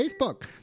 Facebook